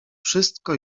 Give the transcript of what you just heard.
wszystko